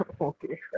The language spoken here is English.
Okay